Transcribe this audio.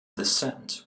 dissent